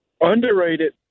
Underrated